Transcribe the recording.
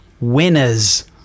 Winners